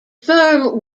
firm